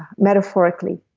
metaphorically,